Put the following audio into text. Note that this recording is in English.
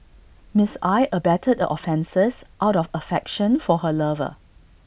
Miss I abetted the offences out of affection for her lover